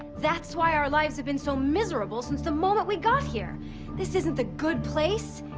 that's why our lives have been so miserable since the moment we got here this isn't the good place.